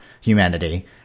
humanity